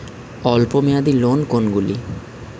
অল্প মেয়াদি লোন কোন কোনগুলি?